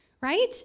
right